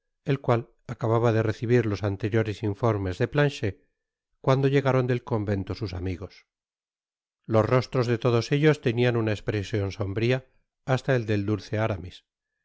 el cual acababa de recibir los anteriores informes de planche i cuando llegaron del convento sos amigos los rostros de todos ellos tenian una espresion sombría hasta el del dulce aramis qué